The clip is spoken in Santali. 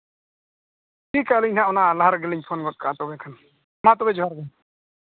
ᱴᱷᱤᱠ ᱟᱹᱞᱤᱧ ᱦᱟᱸᱜ ᱚᱱᱟ ᱞᱟᱦᱟ ᱨᱮᱜᱮᱞᱤᱧ ᱯᱷᱳᱱ ᱜᱚᱫᱠᱟᱜᱼᱟ ᱛᱚᱵᱮ ᱠᱷᱟᱱ ᱢᱟ ᱛᱚᱵᱮ ᱡᱚᱦᱟᱨ ᱜᱮ